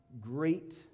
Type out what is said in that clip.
great